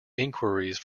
inquiries